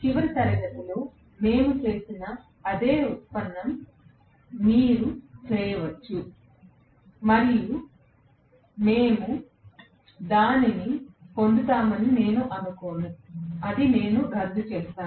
చివరి తరగతిలో మేము చేసిన అదే ఉత్పన్నం మీరు చేయవచ్చు మరియు మేము దానిని పొందుతామని నేను అనుకోను అది నేను రద్దు చేస్తాను